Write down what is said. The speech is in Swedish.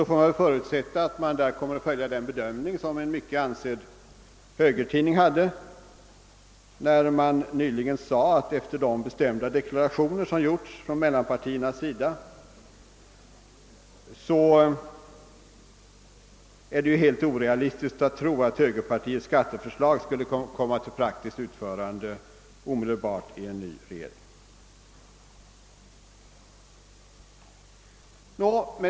Det får väl förutsättas att man kommer att följa en mycket ansedd högertidnings bedömning, när den framhöll att det efter de bestämda deklarationer som gjorts av mittenpartierna är helt orealistiskt att tro, att högerpartiets skatteförslag skulle kunna komma till praktiskt utförande omedeblart i en ny regering.